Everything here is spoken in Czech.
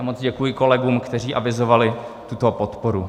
A moc děkuji kolegům, kteří avizovali tuto podporu.